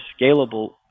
scalable